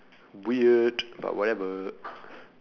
weird but whatever